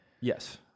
Yes